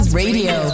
radio